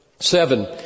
Seven